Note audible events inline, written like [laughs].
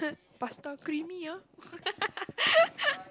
pasta creamy ah [laughs]